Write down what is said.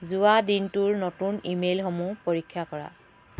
যোৱা দিনটোৰ নতুন ইমেইলসমূহ পৰীক্ষা কৰা